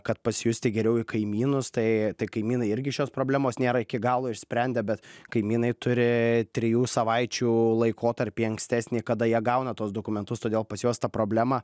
kad pasijusti geriau į kaimynus tai tik kaimynai irgi šios problemos nėra iki galo išsprendę bet kaimynai turi trijų savaičių laikotarpį ankstesnį kada jie gauna tuos dokumentus todėl pas juos ta problema